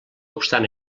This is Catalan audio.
obstant